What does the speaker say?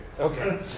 Okay